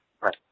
Right